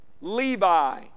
Levi